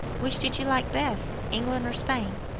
which did you like best england or spain?